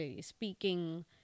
speaking